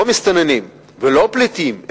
לא מסתננים ולא פליטים,